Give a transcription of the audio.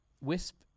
Wisp